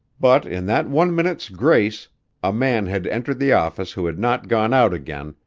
but in that one minute's grace a man had entered the office who had not gone out again,